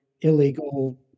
illegal